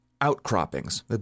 outcroppings